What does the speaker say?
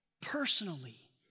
personally